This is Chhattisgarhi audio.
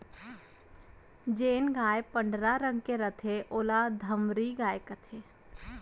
जेन गाय पंडरा रंग के रथे ओला धंवरी गाय कथें